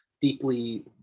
deeply